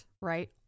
right